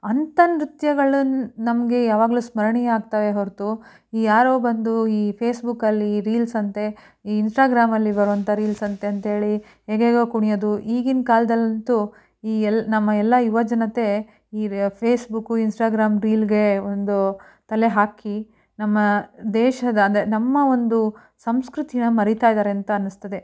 ಅಂಥ ನೃತ್ಯಗಳು ನಮಗೆ ಯಾವಾಗ್ಲೂ ಸ್ಮರಣೀಯ ಆಗ್ತವೆ ಹೊರತು ಯಾರೋ ಬಂದು ಈ ಫೇಸ್ಬುಕಲ್ಲಿ ರೀಲ್ಸ್ ಅಂತೆ ಈ ಇನ್ಸ್ಟಾಗ್ರಾಮಲ್ಲಿ ಬರುವಂಥ ರೀಲ್ಸ್ ಅಂತೆ ಅಂಥೇಳಿ ಹೇಗೇಗೋ ಕುಣಿಯೋದು ಈಗಿನ ಕಾಲ್ದಲ್ಲಿ ಅಂತೂ ಈ ಎಲ್ಲಿ ನಮ್ಮ ಎಲ್ಲ ಯುವಜನತೆ ಈ ಫೇಸ್ಬುಕು ಇನ್ಸ್ಟಾಗ್ರಾಮ್ ರೀಲ್ಗೆ ಒಂದು ತಲೆ ಹಾಕಿ ನಮ್ಮ ದೇಶದ ಅಂದರೆ ನಮ್ಮ ಒಂದು ಸಂಸ್ಕೃತಿಯನ್ನು ಮರಿತಾಯಿದ್ದಾರೆ ಅಂತ ಅನ್ನಿಸ್ತದೆ